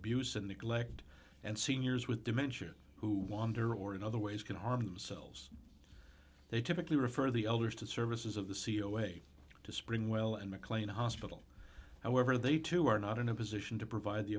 abuse and neglect and seniors with dementia who wander or in other ways can harm themselves they typically refer the others to the services of the c e o a to spring well and mclean hospital however they too are not in a position to provide the